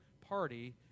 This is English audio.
party